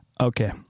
Okay